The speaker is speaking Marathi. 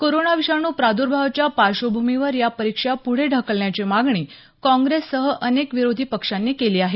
कोरोना विषाणू प्रादर्भावाच्या पार्श्वभूमीवर या परीक्षा प्रढे ढकलण्याची मागणी काँग्रेससह अनेक विरोधी पक्षांनी केली आहे